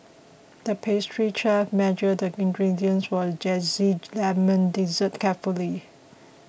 the pastry chef measured the ingredients for a Zesty Lemon Dessert carefully